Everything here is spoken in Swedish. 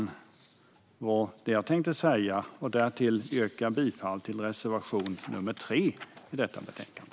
Det var vad jag tänkte säga, och därtill yrkar jag bifall till reservation nr 3 i detta betänkande.